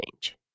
change